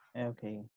okay